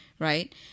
Right